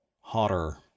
hotter